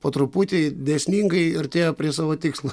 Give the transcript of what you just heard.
po truputį dėsningai artėjo prie savo tikslo